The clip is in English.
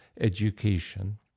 education